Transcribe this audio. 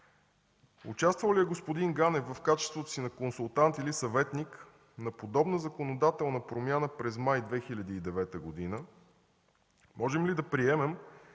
Участвал ли господин Ганев в качеството си на консултант или съветник на подобна законодателна промяна през май 2009 г.? Можем ли да приемем,